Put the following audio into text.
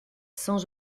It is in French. sans